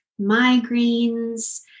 Migraines